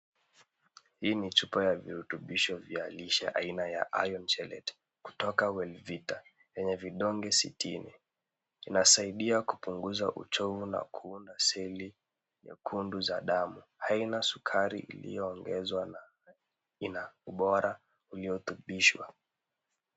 Hii ni chupa ya virutubisho vya lishe aina ya Iron Chellete kutoka Welvita, yenye vidonge sitini. Inasaidia kupunguza uchovu na kuunda seli nyekundu za damu. Haina sukari iliyoongezwa na ina ubora uliotubishwa.